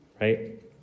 right